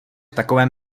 takovém